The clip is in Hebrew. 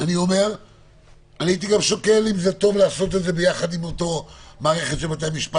הייתי גם שוקל אם זה טוב לעשות את זה יחד עם המערכת של בתי-המשפט.